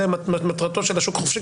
זה מטרתו של השוק החופשי,